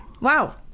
Wow